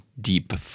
Deep